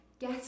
get